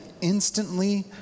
instantly